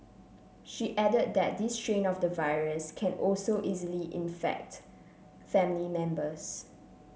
she added that this strain of the virus can also easily infect family members